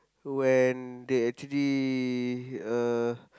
when they actually uh